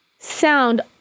Sound